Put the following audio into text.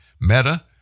Meta